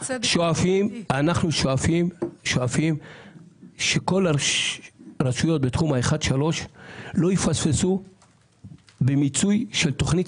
אנחנו שואפים שכל הרשויות בתחום 3-1 לא יפספסו במיצוי של תוכנית